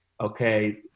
okay